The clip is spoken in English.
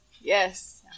Yes